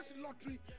lottery